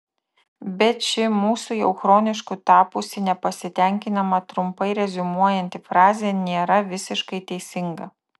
bet ši mūsų jau chronišku tapusį nepasitenkinimą trumpai reziumuojanti frazė nėra visiškai teisinga